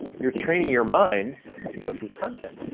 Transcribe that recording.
you're training your mind to go through content,